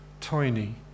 tiny